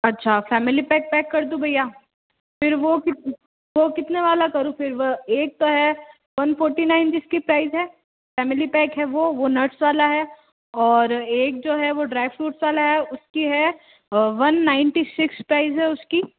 अच्छा family pack pack कर दूँ भैया फिर वो वो कितने वाला करूँ फिर एक तो है वन फॉर्टी नाइन जिसकी प्राइस है फैमिली पैक है वो वो नट्स वाला है और एक जो है वो ड्राई फ्रूट्स वाला है उसकी है वन नाइन्टी सिक्स प्राइस है उसकी